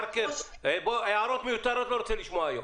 בניגוד להוראות סעיף 31(ד); (16א) לא ביצע בדיקה,